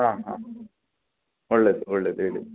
ಹಾಂ ಹಾಂ ಒಳ್ಳೆಯದು ಒಳ್ಳೆಯದು ಹೇಳಿ